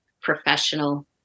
professional